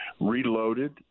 reloaded